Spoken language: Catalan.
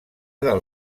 del